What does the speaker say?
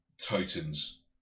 titans